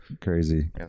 crazy